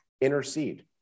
intercede